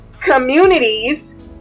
communities